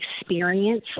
experience